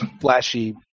flashy